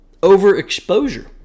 overexposure